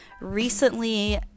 recently